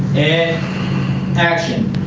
and action